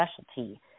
specialty